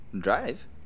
Drive